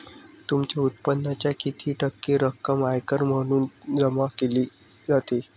तुमच्या उत्पन्नाच्या किती टक्के रक्कम आयकर म्हणून जमा केली जाते?